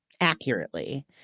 accurately